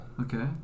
Okay